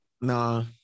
Nah